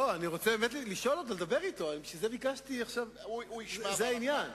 אני רוצה לדבר אתו, בשביל זה ביקשתי, זה העניין.